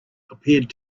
appeared